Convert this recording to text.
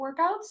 workouts